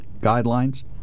guidelines